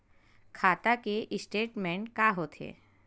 खाता के स्टेटमेंट का होथे?